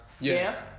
Yes